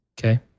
Okay